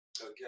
Okay